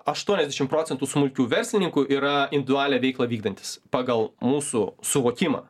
aštuoniasdešim procentų smulkių verslininkų yra individualią veiklą vykdantys pagal mūsų suvokimą